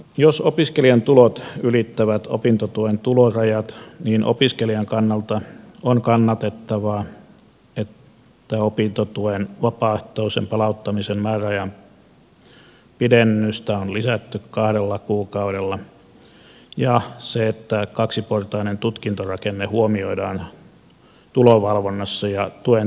jos opiskelijan tulot ylittävät opintotuen tulorajat niin opiskelijan kannalta on kannatettavaa että opintotuen vapaaehtoisen palauttamisen määräajan pidennystä on lisätty kahdella kuukaudella ja että kaksiportainen tutkintorakenne huomioidaan tulovalvonnassa ja tuen tarkistamisessa